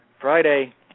Friday